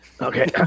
Okay